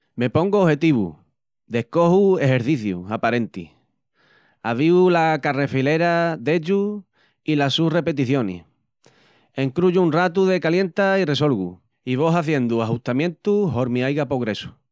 Me pongu ojetivus, descoju exercicius aparentis, avíu la carrefilera dellus i las sus repeticionis, encruyu un ratu de calienta i resolgu i vo haziendu ajustamientus hormi aiga pogressu.